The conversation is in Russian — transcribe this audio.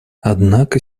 однако